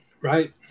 Right